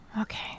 okay